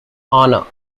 honour